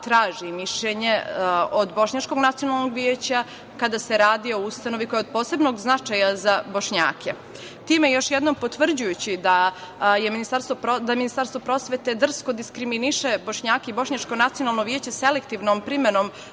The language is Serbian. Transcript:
traži mišljenje od Bošnjačkog nacionalnog veća kada se radi o ustanovi koja je od posebnog značaja za Bošnjake, time još jednom potvrđujući da Ministarstvo prosvete drsko diskriminiše Bošnjake i Bošnjačko nacionalno veće selektivnom primenom